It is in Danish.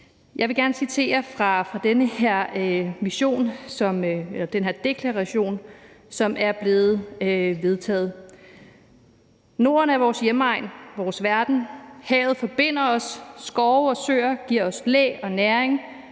Jeg vil gerne citere fra den her deklaration fra vores vision, som er blevet vedtaget: »Norden er vores hjemegn, vores verden. Havet forbinder os, skove og søer giver os læ og næring,